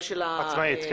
עצמאית.